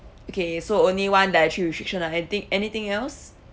okay so only one dietary restriction lah anything anything else